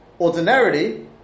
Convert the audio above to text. ordinarily